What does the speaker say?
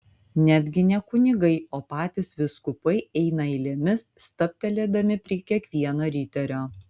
netgi ne kunigai o patys vyskupai eina eilėmis stabtelėdami prie kiekvieno riterio